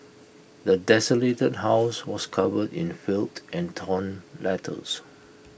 the desolated house was covered in filth and torn letters